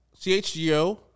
CHGO